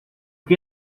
quê